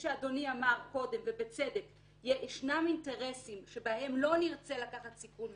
שאדוני אמר קודם ובצדק יש אינטרסים שבהם לא נרצה לקחת סיכון,